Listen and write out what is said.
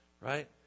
right